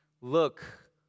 look